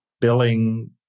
billing